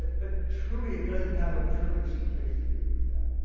but truly it doesn't have a privileged place in doing that.